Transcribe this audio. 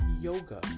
yoga